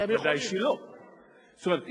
זאת אומרת,